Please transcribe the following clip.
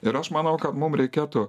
ir aš manau kad mum reikėtų